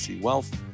Wealth